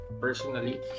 personally